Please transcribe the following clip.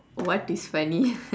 what is funny